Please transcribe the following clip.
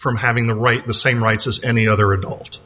from having the right the same rights as any other adult